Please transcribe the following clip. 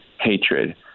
hatred